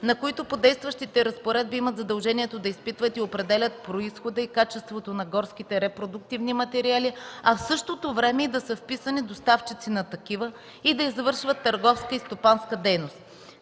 които по действащите разпоредби имат задължението да изпитват и определят произхода и качеството на горските репродуктивни материали, а в същото време и да са вписани доставчици на такива, и да извършват търговска и стопанска дейност.